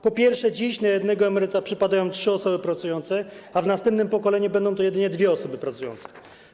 Po pierwsze, dziś na jednego emeryta przypadają trzy osoby pracujące, a w następnym pokoleniu będą to jedynie dwie osoby pracujące.